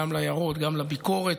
גם להערות וגם לביקורת.